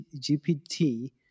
GPT